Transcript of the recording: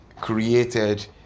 created